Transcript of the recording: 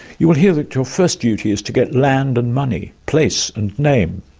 you will hear that your first duty is to get land and money, place and name.